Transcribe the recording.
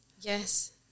Yes